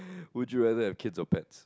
would you rather have kids or pets